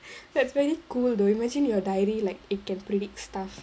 that's really cool though imagine your diary like it can predict stuff